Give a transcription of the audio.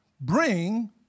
bring